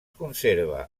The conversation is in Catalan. conserva